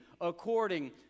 according